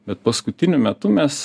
bet paskutiniu metu mes